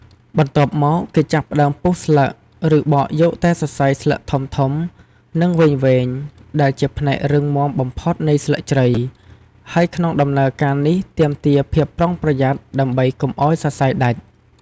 បន្ទាប់មក គេចាប់ផ្តើមពុះស្លឹក ឬបកយកតែសរសៃស្លឹកធំៗ និងវែងៗ ដែលជាផ្នែករឹងមាំបំផុតនៃស្លឹកជ្រៃ ហើយក្នុងដំណើរការនេះទាមទារភាពប្រុងប្រយ័ត្នដើម្បីកុំឲ្យសរសៃដាច់។